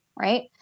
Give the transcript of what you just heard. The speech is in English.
right